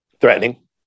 threatening